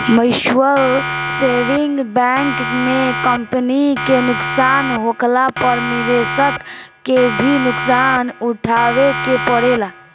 mutual saving bank में company के नुकसान होखला पर निवेशक के भी नुकसान उठावे के पड़ेला